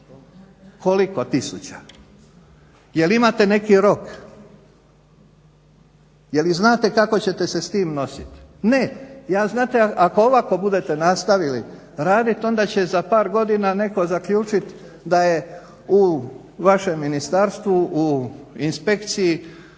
koliko tisuća. Jel' imate neki rok? Je li znate kako ćete se s tim nosit? Ne. Znate ako ovako budete nastavili raditi onda će za par godina netko zaključiti da je u vašem ministarstvu u inspekciji